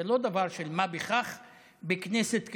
זה לא דבר של מה בכך בכנסת כזאת,